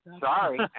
sorry